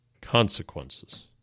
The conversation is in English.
consequences